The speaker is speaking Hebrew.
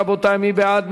רבותי, מי בעד?